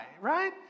right